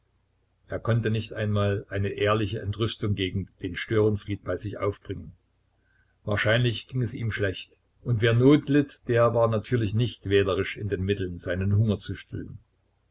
er konnte nicht einmal eine ehrliche entrüstung gegen den störenfried bei sich aufbringen wahrscheinlich ging es ihm schlecht und wer not litt der war natürlich nicht wählerisch in den mitteln seinen hunger zu stillen